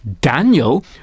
Daniel